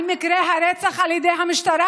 על מקרי הרצח על ידי המשטרה,